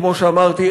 כמו שאמרתי,